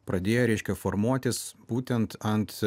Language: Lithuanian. pradėjo reiškia formuotis būtent ant